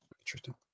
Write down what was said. Interesting